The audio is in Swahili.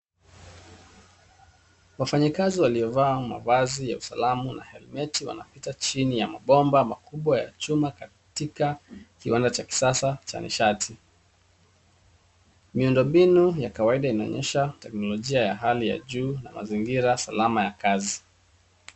Wafanyikazi waliovaa mavazi ya usalama na helmeti wanapita chini ya mabomba makubwa ya chuma katika kiwanda cha kisasa cha nishati. Miundombinu ya kawaida inaonyesha teknolojia ya hali ya juu na mazingira salama ya kazi.